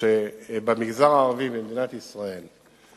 שבמגזר הערבי במדינת ישראל,